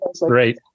Great